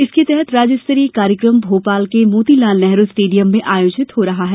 इसके तहत राज्य स्तरीय कार्यक्रम भोपाल के मोतीलाल नेहरू स्टेडियम में आयोजित किया जा रहा है